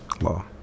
Law